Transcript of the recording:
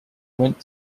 went